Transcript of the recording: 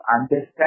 understand